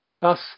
Thus